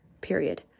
period